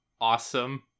awesome